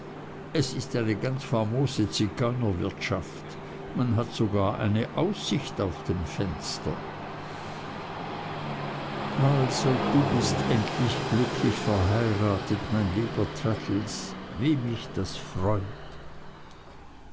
es ist eine ganz famose zigeunerwirtschaft man hat sogar eine aussicht aus dem fenster also du bist endlich glücklich verheiratet mein lieber traddles wie mich das freut